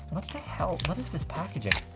hell? what is this packaging?